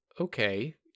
Okay